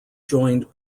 joined